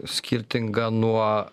skirtinga nuo